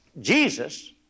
Jesus